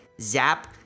Zap